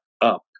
up